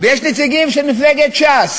ויש נציגים של מפלגת ש"ס